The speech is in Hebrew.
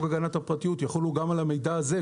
הגנת הפרטיות יחולו גם על המידע הזה,